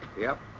yep.